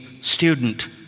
student